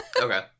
Okay